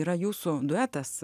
yra jūsų duetas